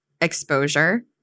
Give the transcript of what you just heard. exposure